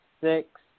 six